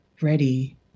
ready